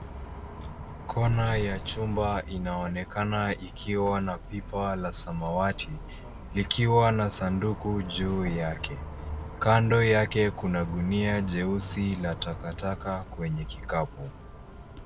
Kona ya chumba inaonekana ikiwa na pipa la samawati, likiwa na sanduku juu yake. Kando yake kuna gunia jeusi la takataka kwenye kikapu.